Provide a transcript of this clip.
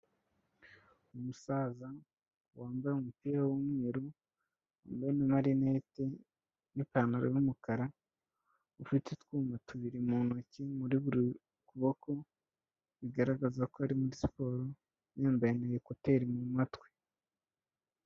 Umusaza wambaye umupira w'umweru n'amarinete n'ipantaro y'umukara, ufite utwuma tubiri mu ntoki muri buri kuboko, bigaragaza ko ari muri siporo yambaye na ekuteri mu matwi.